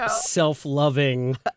self-loving